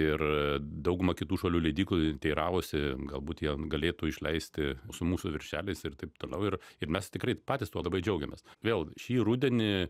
ir dauguma kitų šalių leidyklų teiravosi galbūt jie galėtų išleisti su mūsų viršeliais ir taip toliau ir ir mes tikrai patys tuo labai džiaugiamės vėl šį rudenį